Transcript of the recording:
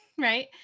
right